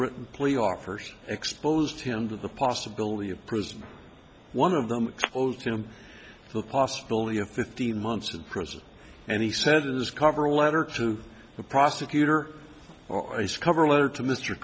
written plea offers exposed him to the possibility of prison one of them exposed him the possibility of fifteen months in prison and he said his cover letter to the prosecutor or ice cover letter to mr